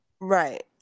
Right